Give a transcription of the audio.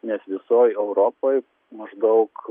nes visoj europoj maždaug